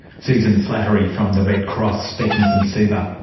susan slattery from the red cross, speaking from suva.